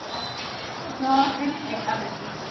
हँसी लगाए दै छै